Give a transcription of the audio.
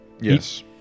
Yes